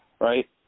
right